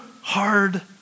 hard